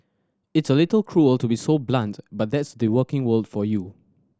it's a little cruel to be so blunt but that's the working world for you